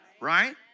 Right